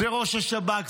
זה ראש השב"כ,